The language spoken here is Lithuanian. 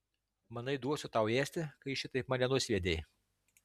manai duosiu tau ėsti kai šitaip mane nusviedei